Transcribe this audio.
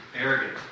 Arrogant